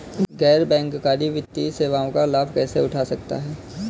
गैर बैंककारी वित्तीय सेवाओं का लाभ कैसे उठा सकता हूँ?